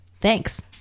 Thanks